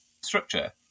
structure